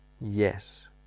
Yes